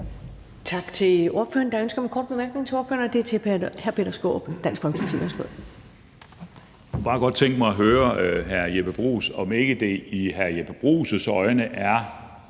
Tak til ordføreren. Der er ønske om en kort bemærkning til ordføreren. Det er fra hr. Peter Skaarup, Dansk Folkeparti.